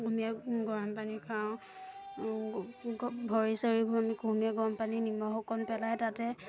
কুহুমীয়া গৰম পানী খাওঁ ভৰি চৰি অকণ কুহুমীয়া গৰম পানী নিমখ অকণ পেলাই তাতে